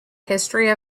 history